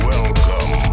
Welcome